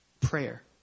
prayer